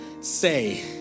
say